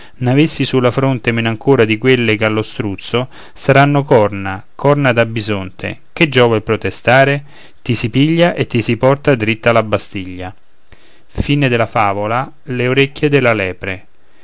n'avessi sulla fronte meno ancora di quelle ch'ha lo struzzo saranno corna corna da bisonte che giova il protestare ti si piglia e ti si porta dritta alla bastiglia v